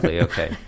okay